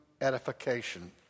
edification